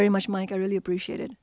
very much mike i really appreciate